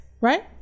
right